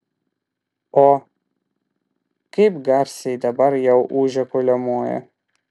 o kaip garsiai dabar jau ūžia kuliamoji